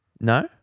No